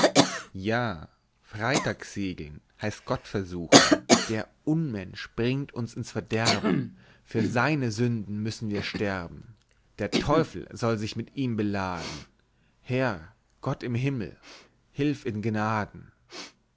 ja freitagsegeln heißt gott versuchen der unmensch bringt uns ins verderben für seine sünden müssen wir sterben der teufel soll sich mit ihm beladen herr gott im himmel hilf in gnaden